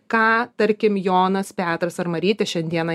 ką tarkim jonas petras ar marytė šiandieną